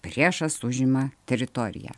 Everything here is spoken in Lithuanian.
priešas užima teritoriją